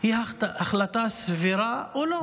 היא החלטה סבירה או לא?